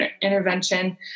intervention